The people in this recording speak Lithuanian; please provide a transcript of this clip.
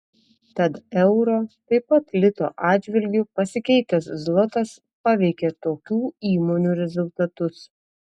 tad euro taip pat lito atžvilgiu pasikeitęs zlotas paveikia tokių įmonių rezultatus